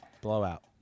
Blowout